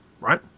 right